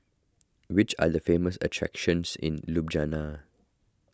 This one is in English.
which are the famous attractions in Ljubljana